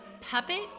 puppet